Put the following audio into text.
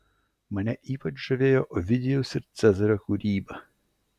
mane ypač žavėjo ovidijaus ir cezario kūryba